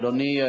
אדוני,